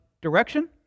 direction